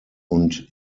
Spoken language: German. und